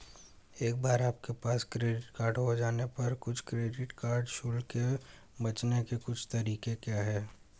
एक बार आपके पास क्रेडिट कार्ड हो जाने पर कुछ क्रेडिट कार्ड शुल्क से बचने के कुछ तरीके क्या हैं?